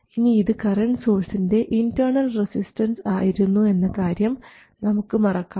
ഇനി ഇത് കറൻറ് സോഴ്സിൻറെ ഇൻറർണൽ റസിസ്റ്റൻസ് ആയിരുന്നു എന്ന കാര്യം നമുക്ക് മറക്കാം